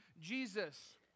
Jesus